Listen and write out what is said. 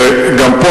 גם פה,